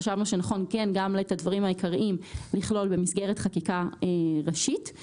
חשבנו שנכון גם את הדברים העיקריים לכלול במסגרת חקיקה ראשית.